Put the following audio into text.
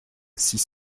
six